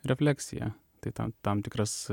refleksija tai tam tam tikras